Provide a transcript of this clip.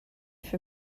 for